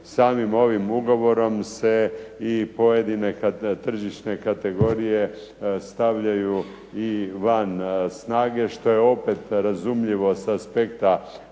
samim ovim ugovorom se i pojedine tržišne kategorije stavljaju i van snage što je opet razumljivo s aspekta